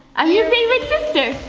i'm your favorite sister.